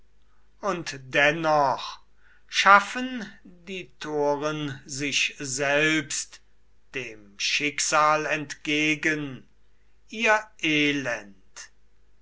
und dennoch schaffen die toren sich selbst dem schicksal entgegen ihr elend